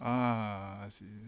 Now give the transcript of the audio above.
ah I see